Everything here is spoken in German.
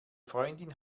freundin